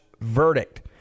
verdict